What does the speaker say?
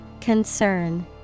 Concern